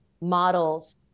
models